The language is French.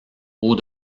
hauts